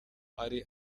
ari